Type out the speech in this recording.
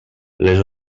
les